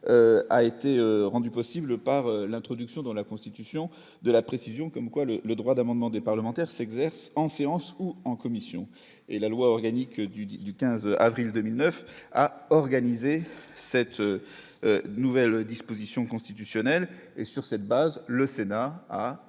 a été rendue possible par l'introduction dans la constitution de la précision, comme quoi le le droit d'amendement des parlementaires s'exerce en séance ou en commission et la loi organique du du du 15 avril 2009 à organiser cette nouvelle disposition constitutionnelle et sur cette base, le Sénat a